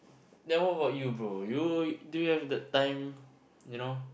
then what about you bro you do you have the time you know